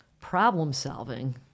problem-solving